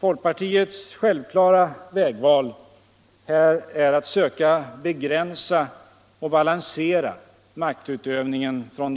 Folkpartiets självklara vägval här är att söka begränsa och balansera maktutövningen från